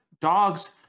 Dogs